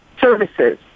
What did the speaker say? services